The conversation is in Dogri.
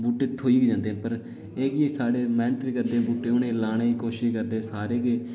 बूह्टे थ्होई ते जंदे न पर फिर बी साढे़ मेह्नत बी करदे न बूहटे उ'ने लाने दी कोशिश करदे न सारे गै